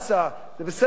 זה בסדר גמור,